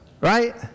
right